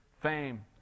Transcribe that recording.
fame